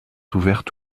ouvertes